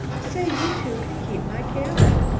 say, you two can keep my cabin.